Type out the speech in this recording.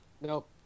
nope